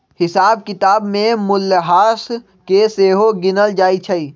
हिसाब किताब में मूल्यह्रास के सेहो गिनल जाइ छइ